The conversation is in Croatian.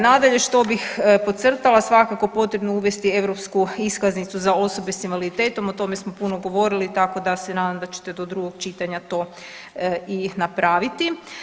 Nadalje što bih podcrtala, svakako je potrebno uvesti europsku iskaznicu za osobe s invaliditetom o tome smo puno govorili tako da se nadam da ćete do drugog čitanja to i napraviti.